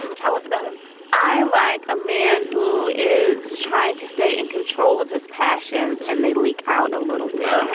and tell us about him i like a man who is trying to stay in control of his passions. and they leak out a little bit.